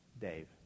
Dave